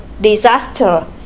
disaster